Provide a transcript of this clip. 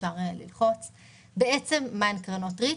מה הן קרנות ריט?